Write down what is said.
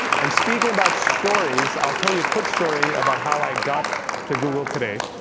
and speaking about stories, i'll tell you a quick story about how i got to google today.